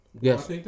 Yes